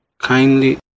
kindly